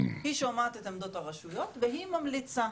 היא שומעת את עמדת הרשויות והיא ממליצה.